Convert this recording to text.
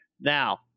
Now